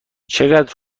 چقدر